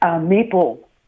maple